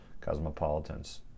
cosmopolitans